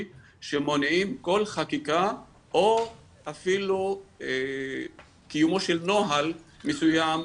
שמונעים כל חקיקה או אפילו קיומו של נוהל מסוים,